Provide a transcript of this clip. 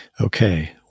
Okay